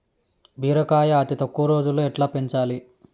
బీరకాయ అతి తక్కువ రోజుల్లో ఎట్లా పెంచాలి?